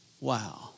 Wow